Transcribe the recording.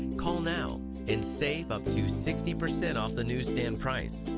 call now and save up to sixty percent off the newsstand price.